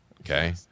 Okay